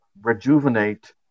rejuvenate